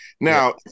Now